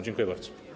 Dziękuję bardzo.